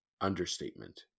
Understatement